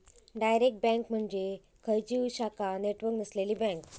direct bank म्हणजे खंयचीव शाखा नेटवर्क नसलेली बँक